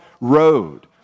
road